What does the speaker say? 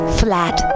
flat